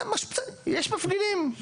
יש מפגינים,